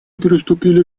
приступили